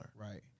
Right